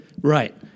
Right